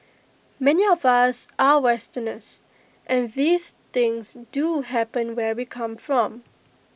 many of us are Westerners and these things do happen where we come from